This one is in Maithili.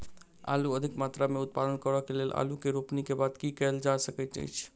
आलु अधिक मात्रा मे उत्पादन करऽ केँ लेल आलु केँ रोपनी केँ बाद की केँ कैल जाय सकैत अछि?